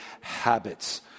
habits